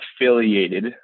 affiliated